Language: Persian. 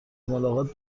ملاقات